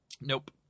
Nope